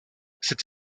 cette